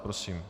Prosím.